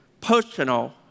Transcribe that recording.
personal